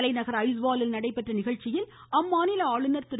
தலைநகர் ஐஸ்வாலில் நடைபெற்ற நிகழ்ச்சியில் அம்மாநில ஆளுநர் திரு